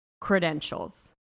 credentials